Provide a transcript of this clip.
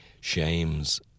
shames